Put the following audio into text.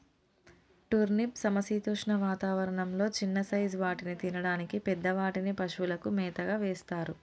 turnip సమశీతోష్ణ వాతావరణం లొ చిన్న సైజ్ వాటిని తినడానికి, పెద్ద వాటిని పశువులకు మేతగా వేస్తారు